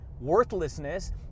worthlessness